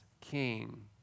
king